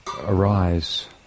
arise